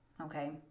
okay